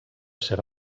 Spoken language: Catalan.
ser